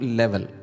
level